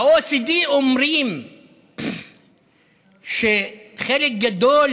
ה-OECD אומרים שחלק גדול